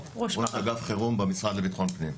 אגף חירום במשרד לביטחון פנים.